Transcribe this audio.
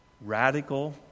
radical